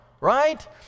right